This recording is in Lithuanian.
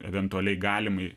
eventualiai galimai